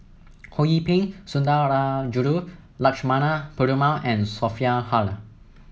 Ho Yee Ping Sundarajulu Lakshmana Perumal and Sophia Hull